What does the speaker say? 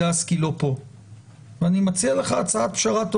לעומת זאת,